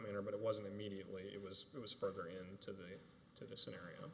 manner but it wasn't immediately it was it was further in to the scenario